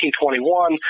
1921